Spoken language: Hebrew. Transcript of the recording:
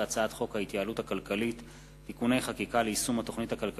הצעת חוק הגבלה על מכירת משקאות משכרים,